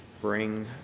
bring